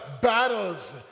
battles